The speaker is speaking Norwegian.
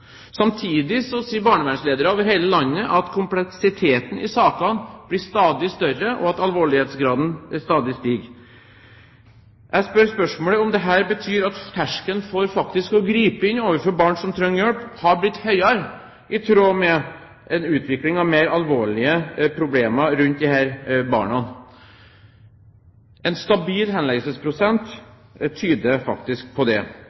Samtidig sier barnevernsledere over hele landet at kompleksiteten i sakene blir stadig større, og at alvorlighetsgraden stadig stiger. Jeg stiller spørsmålet om dette betyr at terskelen for faktisk å gripe inn overfor barn som trenger hjelp, er blitt høyere, i tråd med en utvikling av mer alvorlige problemer rundt disse barna. En stabil henleggelsesprosent tyder faktisk på det.